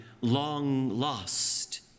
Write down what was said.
long-lost